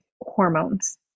hormones